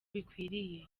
bikwiriye